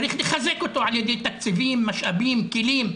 צריך לחזק אותו על ידי תקציבים, משאבים, כלים.